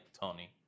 Tony